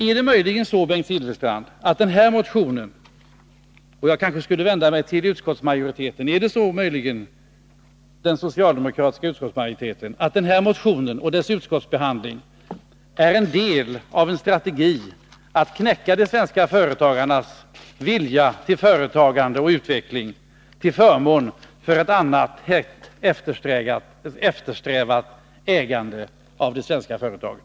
Är möjligen den här motionen och dess utskottsbehandling för den socialdemokratiska utskottsmajoriteten en del av en strategi för att knäcka de svenska företagarnas vilja till företagande och utveckling, till förmån för ett annat, hett eftersträvat ägande av de svenska företagen?